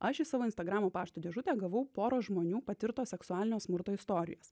aš į savo instagramo pašto dėžutę gavau pora žmonių patirto seksualinio smurto istorijas